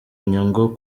inyungu